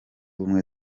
ubumwe